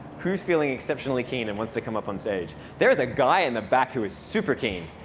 who's feeling exceptionally keen and wants to come up on stage? there's a guy in the back who is super keen.